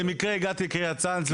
במקרה הגעתי לקריית צאנז,